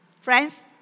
Friends